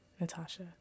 Natasha